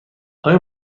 آیا